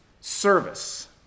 service